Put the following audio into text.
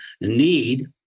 need